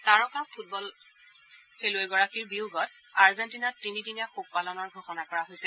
তাৰকা ফুটবলাৰগৰাকীৰ বিয়োগত আৰ্জেণ্টিনাত তিনিদিনীয়া শোক পালনৰ ঘোষণা কৰা হৈছে